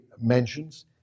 mentions